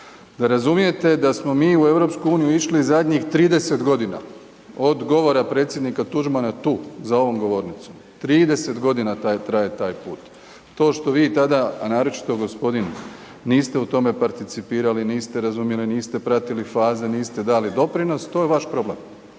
Da razumijete da smo mi u EU išli zadnjih 30 godina od govora predsjednika Tuđmana tu, za ovom govornicom, 30 godina traje taj put. To što vi tada, a naročito gospodin niste u tome participirali, niste razumjeli, niste pratili faze, niste dali doprinos, to je vaš problem.